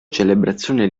celebrazione